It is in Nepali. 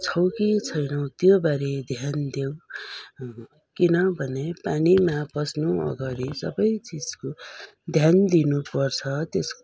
छौँ कि छैनौँ त्यो बारे ध्यान देऊ किनभने पानीमा पस्नु अगाडि सबै चिजको ध्यान दिनुपर्छ त्यस